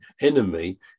enemy